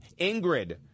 Ingrid